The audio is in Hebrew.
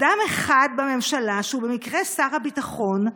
אדם אחד בממשלה, שהוא במקרה שר הביטחון,